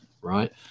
Right